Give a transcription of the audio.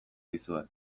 dizuet